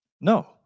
No